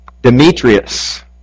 Demetrius